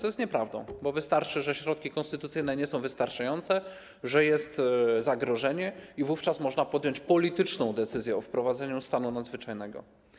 Jest to nieprawdą, bo wystarczy, że środki konstytucyjne nie są wystarczające, że jest zagrożenie, i wówczas można podjąć polityczną decyzję o wprowadzeniu stanu nadzwyczajnego.